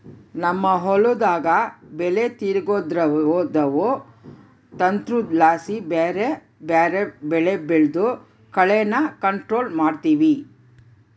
ನಮ್ ಹೊಲುದಾಗ ಬೆಲೆ ತಿರುಗ್ಸೋದ್ರುದು ತಂತ್ರುದ್ಲಾಸಿ ಬ್ಯಾರೆ ಬ್ಯಾರೆ ಬೆಳೆ ಬೆಳ್ದು ಕಳೇನ ಕಂಟ್ರೋಲ್ ಮಾಡ್ತಿವಿ